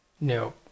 No